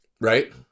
Right